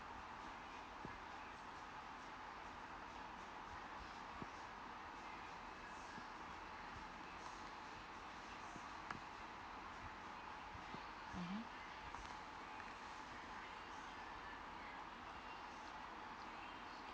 mmhmm